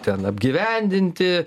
ten apgyvendinti